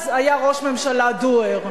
אז היה ראש ממשלה doer,